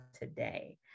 today